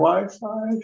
Wi-Fi